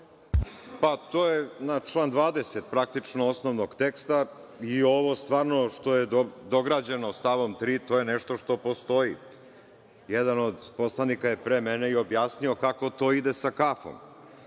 To je na član 20, praktično, osnovnog teksta ovo stvarno što je dograđeno stavom 3, to je nešto što postoji. Jedan od poslanika je pre mene i objasnio kako to ide sa kafom.